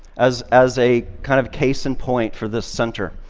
as as a kind of case in point for this center.